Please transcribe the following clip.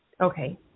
Okay